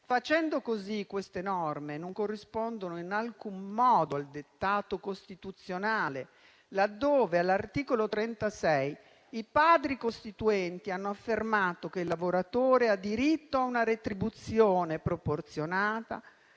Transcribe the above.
Facendo così, queste norme non corrispondono in alcun modo al dettato costituzionale, laddove all'articolo 36 i padri costituenti hanno affermato che «Il lavoratore ha diritto ad una retribuzione proporzionata